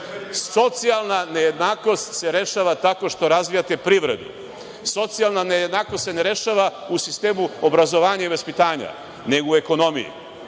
nejednakost se rešava tako što razvijate privredu. Socijalna nejednakost se ne rešava u sistemu obrazovanja i vaspitanja, nego u ekonomiji,